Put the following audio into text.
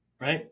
right